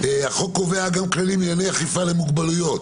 החוק קובע גם כללים לענייני אכיפה למוגבלויות.